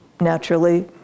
naturally